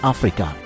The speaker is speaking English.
Africa